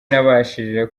nabashije